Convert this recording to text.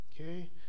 Okay